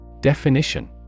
Definition